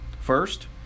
First